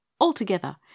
Altogether